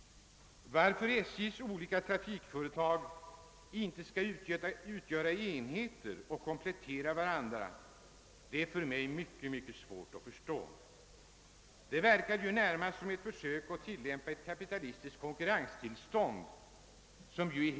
Varför SJ:s olika trafikföretag inte skall utgöra enheter och komplettera varandra är för mig synnerligen svårt att förstå. Det verkar ju närmast som ett försök att tillämpa ett helt orimligt kapitalistiskt konkurrenstillstånd.